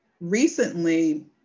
recently